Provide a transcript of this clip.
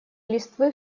листвы